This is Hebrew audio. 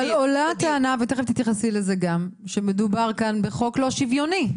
לא, אבל עולה הטענה שמדובר כאן בחוק לא שוויוני.